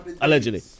allegedly